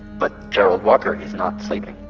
but gerald walker is not sleeping.